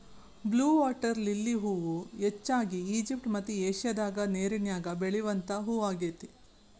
blue water lily ಹೂ ಹೆಚ್ಚಾಗಿ Egypt ಮತ್ತ ಏಷ್ಯಾದಾಗ ನೇರಿನ್ಯಾಗ ಬೆಳಿವಂತ ಹೂ ಆಗೇತಿ